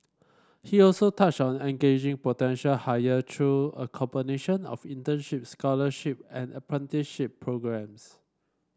he also touched on engaging potential hire through a combination of internship scholarship and apprenticeship programmes